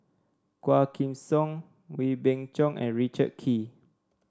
Quah Kim Song Wee Beng Chong and Richard Kee